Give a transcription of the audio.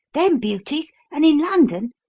them beauties? and in london?